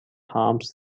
harms